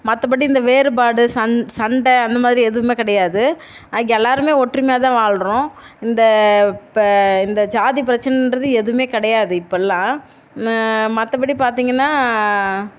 மற்றபடி இந்த வேறுபாடு சண் சண்டை அந்த மாதிரி எதுவுமே கிடையாது எல்லோருமே ஒற்றுமையாக தான் வாழ்கிறோம் இந்த இப்போ இந்த ஜாதிப் பிரச்சனைன்றது எதுவுமே கிடையாது இப்போல்லாம் ம மற்றபடி பார்த்தீங்கன்னா